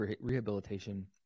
rehabilitation